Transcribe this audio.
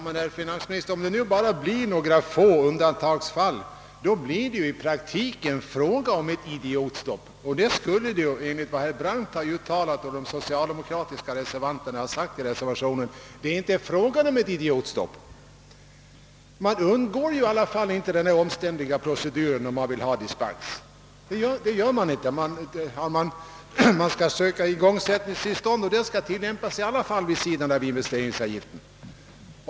Men, herr finansminister, om det bara blir några få undantagsfall, blir det ju i praktiken fråga om ett idiotstopp, och det skulle det enligt vad herr Brandt uttalat och de socialdemokratiska reservanterna sagt i reservationen inte vara fråga om. Man undgår i alla fall inte denna omständliga procedur om man vill ha dispens. Man skall söka igångsättningstillstånd, ty sådant skall ändock fordras vid sidan av investeringsavgiften.